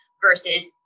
versus